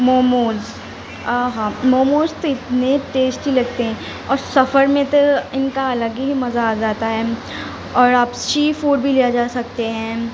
موموز آ ہا موموز تو اتنے ٹیسٹی لگتے ہیں اور سفر میں تو ان کا الگ ہی مزہ آ جاتا ہے اور آپ سی فوڈ بھی لیے جا سکتے ہیں